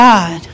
God